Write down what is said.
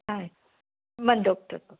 ಹಾಂ ರೀ ಬಂದು ಹೋಗ್ತೇವೆ ತಗೋರಿ